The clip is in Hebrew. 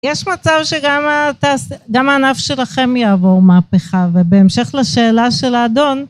יש מצב שגם התעש... גם הענף שלכם יעבור מהפכה, ובהמשך לשאלה של האדון...